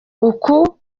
uku